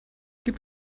gib